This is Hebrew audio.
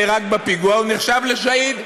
נהרג בפיגוע ונחשב לשהיד.